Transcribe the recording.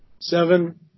Seven